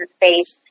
space